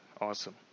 awesome